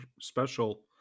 special